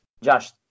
Josh